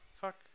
Fuck